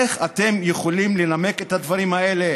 איך אתם יכולים לנמק את הדברים האלה?